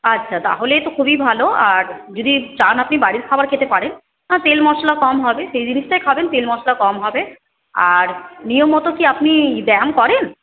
আচ্ছা তাহলে তো খুবই ভালো আর যদি চান আপনি বাড়ির খাবার খেতে পারেন হ্যাঁ তেল মশলা কম হবে সেই জিনিসটাই খাবেন তেল মশলা কম হবে আর নিয়মমতো কি আপনি ব্যায়াম করেন